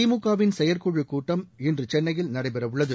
திமுகவின் செயற்குழுக் கூட்டம் இன்று சென்னையில் நடைபெறவுள்ளது